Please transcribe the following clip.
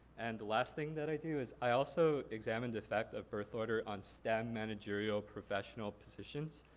and the last thing that i do is i also examine the effect of birth order on stem managerial professional positions.